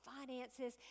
finances